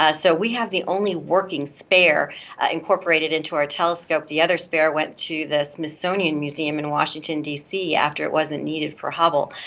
ah so we have the only working spare incorporated into our telescope, the other spare went to the smithsonian museum in washington dc after it wasn't needed for hubble.